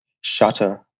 shutter